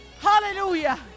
Hallelujah